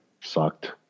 sucked